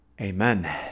amen